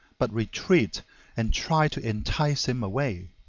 but retreat and try to entice him away.